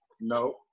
no